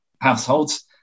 households